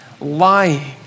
lying